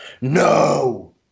no